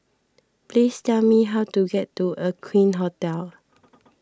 please tell me how to get to Aqueen Hotel